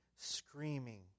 screaming